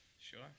sure